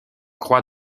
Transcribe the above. croix